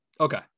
Okay